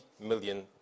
million